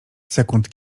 sekund